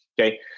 okay